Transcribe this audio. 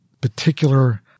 particular